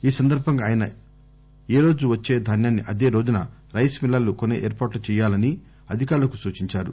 ఈ సందర్బంగా ఆయన ఏ రోజు వచ్చే ధాన్యాన్ని అదేరోజున రైస్ మిల్లర్లు కొసే ఏర్పాట్లు చేయాలని అధికారులకు సూచించారు